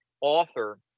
author